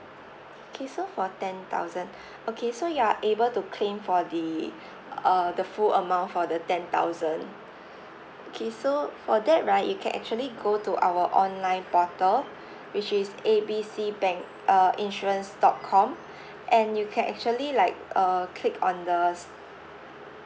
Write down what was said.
okay for ten thousand okay so you are able to claim for the uh the full amount for the ten thousand okay so for that right you can actually go to our online portal which is A B C bank uh insurance dot com and you can actually like uh click on the